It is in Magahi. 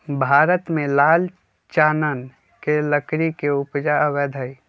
भारत में लाल चानन के लकड़ी के उपजा अवैध हइ